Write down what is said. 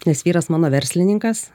nes vyras mano verslininkas